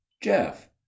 jeff